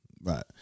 Right